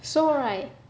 so right